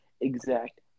exact